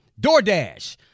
DoorDash